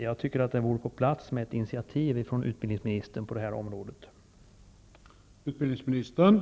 Jag tycker således att ett initiativ från utbildningsministern på det här området vore på sin plats.